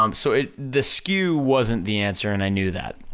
um so it, the skew wasn't the answer, and i knew that.